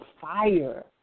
fire